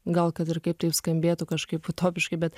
gal kad ir kaip tai skambėtų kažkaip utopiškai bet